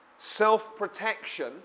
Self-protection